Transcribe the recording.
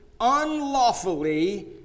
unlawfully